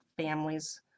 families